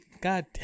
God